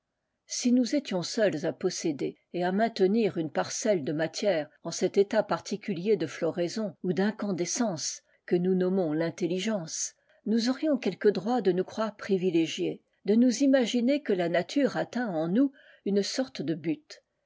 si nous étions seuls à posséder et à maintenir une parcelle de matière en cet état particulier de floraison ou d'incandescence que nous nommons l'intelligence nous aurions quelque droit de nous croire privilégiés de nous imaginer que la nature atteint en nous une sorte de but